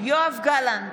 יואב גלנט,